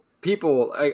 people